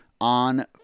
on